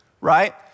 right